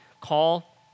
call